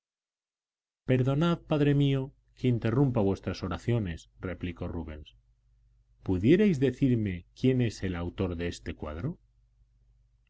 perdonad padre mío que interrumpa vuestras oraciones replicó rubens pudierais decirme quién es el autor de este cuadro